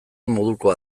modukoa